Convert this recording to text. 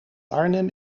arnhem